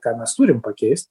ką mes turim pakeist